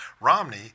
Romney